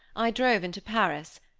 i drove into paris,